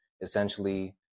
Essentially